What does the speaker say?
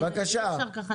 אי-אפשר ככה.